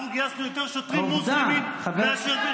אנחנו גייסנו יותר שוטרים מוסלמים מאשר,